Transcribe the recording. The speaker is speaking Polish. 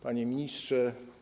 Panie Ministrze!